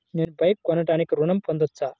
నేను బైక్ కొనటానికి ఋణం పొందవచ్చా?